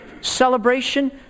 Celebration